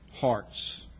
hearts